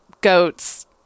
goats